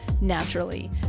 naturally